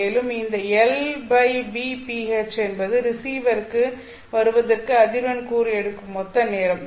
மேலும் இந்த Lvph என்பது ரிசீவருக்கு வருவதற்கு அதிர்வெண் கூறு எடுக்கும் மொத்த நேரம்